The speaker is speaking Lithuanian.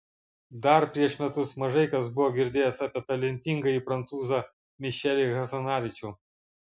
dar prieš metus mažai kas buvo girdėjęs apie talentingąjį prancūzą mišelį hazanavičių